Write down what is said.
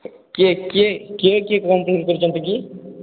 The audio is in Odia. କିଏ କିଏ କିଏ କିଏ କମ୍ପଲେନ୍ କରିଛନ୍ତି କି